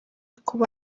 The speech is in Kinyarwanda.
kuba